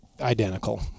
identical